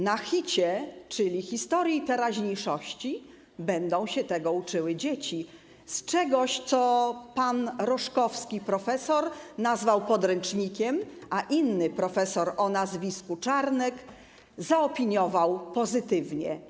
Na HiT-cie, czyli historii i teraźniejszości, będą się tego uczyły dzieci, z czegoś, co pan prof. Roszkowski nazwał podręcznikiem, a inny profesor o nazwisku Czarnek zaopiniował pozytywnie.